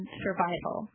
survival